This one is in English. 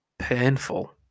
Painful